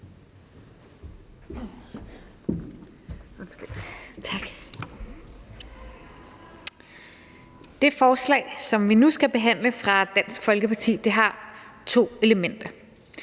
Det forslag, som vi nu skal behandle, fra Dansk Folkeparti har to elementer.